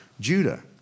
Judah